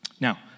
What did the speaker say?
now